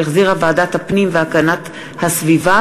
שהחזירה ועדת הפנים והגנת הסביבה,